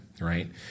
right